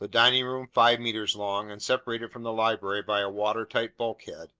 the dining room, five meters long and separated from the library by a watertight bulkhead,